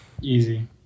Easy